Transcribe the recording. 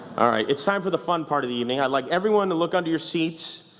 alright, it's time for the fun part of the evening. i'd like everyone to look under your seats.